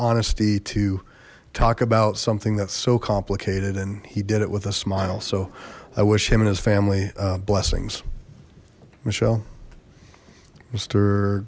honesty to talk about something that's so complicated and he did it with a smile so i wish him and his family blessings michelle